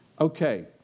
okay